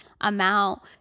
amount